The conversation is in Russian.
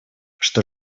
что